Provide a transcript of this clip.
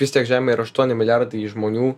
vis tiek žemėj yra aštuoni milijardai žmonių